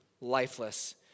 lifeless